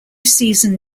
season